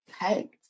hey